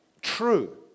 true